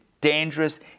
dangerous